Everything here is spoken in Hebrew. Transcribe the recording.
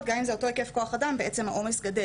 אז גם אם זה אותו היקף של כוח אדם בעצם העומס גדל.